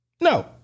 No